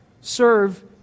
serve